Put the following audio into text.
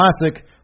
Classic